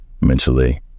mentally